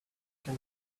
can